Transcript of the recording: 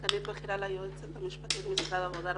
סגנית בכירה ליועצת המשפטית במשרד העבודה,